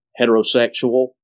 heterosexual